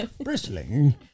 Bristling